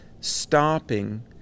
stopping